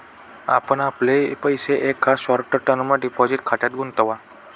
आपण आपले पैसे एकदा शॉर्ट टर्म डिपॉझिट खात्यात गुंतवा